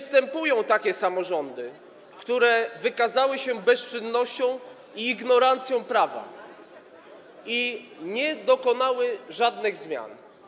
Są takie samorządy, które wykazały się bezczynnością i ignorancją co do prawa i nie dokonały żadnych zmian.